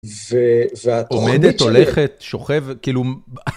ואת עומדת, הולכת, שוכבת, כאילו...